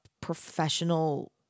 professional